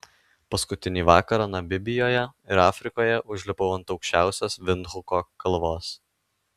paskutinį vakarą namibijoje ir afrikoje užlipau ant aukščiausios vindhuko kalvos